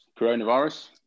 coronavirus